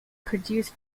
produced